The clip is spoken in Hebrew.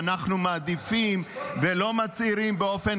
"אנחנו מעדיפים ולא מצהירים באופן